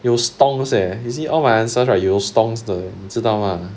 有 stonks eh you see all my answers 有 stonks 的你知道吗